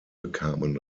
bekamen